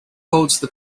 holds